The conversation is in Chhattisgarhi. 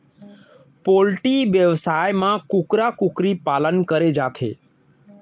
पोल्टी बेवसाय म कुकरा कुकरी पालन करे जाथे